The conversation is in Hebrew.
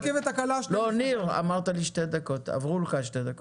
לא, ניר, אמרת לי שתי דקות, עברו לך שתי הדקות.